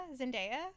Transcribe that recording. Zendaya